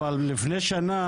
אבל לפני שנה,